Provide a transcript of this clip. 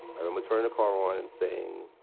i remember turning the car on and saying,